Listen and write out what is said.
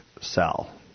sell